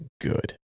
good